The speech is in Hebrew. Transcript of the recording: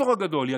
לא ציטוט מדויק,